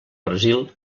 brasil